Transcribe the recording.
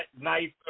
knife